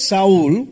Saul